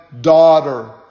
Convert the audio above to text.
daughter